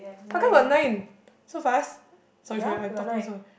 how come got nine so fast sorry sorry I talking so